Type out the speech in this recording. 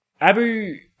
Abu